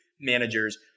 managers